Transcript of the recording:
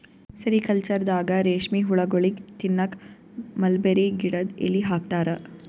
ಸೆರಿಕಲ್ಚರ್ದಾಗ ರೇಶ್ಮಿ ಹುಳಗೋಳಿಗ್ ತಿನ್ನಕ್ಕ್ ಮಲ್ಬೆರಿ ಗಿಡದ್ ಎಲಿ ಹಾಕ್ತಾರ